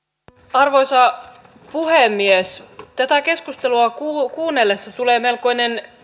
arvoisa puhemies tätä keskustelua kuunnellessa tulee melkoinen